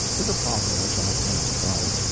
is a problem which i cannot solve.